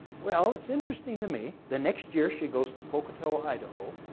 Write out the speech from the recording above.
well, it's interesting to me, the next year she goes to pocatello, idaho,